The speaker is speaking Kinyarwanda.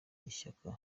ishyaka